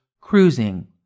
cruising